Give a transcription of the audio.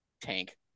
tank